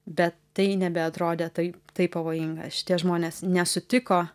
bet tai nebeatrodė taip taip pavojinga šitie žmonės nesutiko